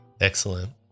Excellent